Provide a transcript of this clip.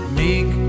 meek